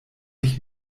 ich